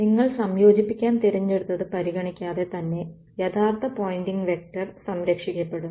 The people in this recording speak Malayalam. നിങ്ങൾ സംയോജിപ്പിക്കാൻ തിരഞ്ഞെടുത്തത് പരിഗണിക്കാതെ തന്നെ യഥാർത്ഥ പോയിൻറിംഗ് വെക്റ്റർ സംരക്ഷിക്കപ്പെടും